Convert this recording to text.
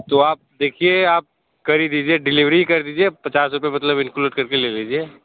तो आप देखिये आप करी दीजिए डेलिवरी कर दीजिए पचास रुपए मतलब इन्क्लूड करके ले लीजिये